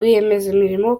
rwiyemezamirimo